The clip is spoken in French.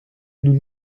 nous